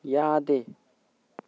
ꯌꯥꯗꯦ